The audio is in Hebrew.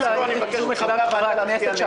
לגבי הפנייה בעמוד 77 אני מבקש לא להצביע,